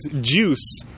Juice